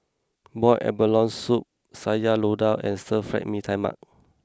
Boiled Abalone Soup Sayur Lodeh and Stir Fry Mee Tai Mak